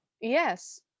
yes